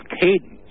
cadence